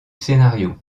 scénario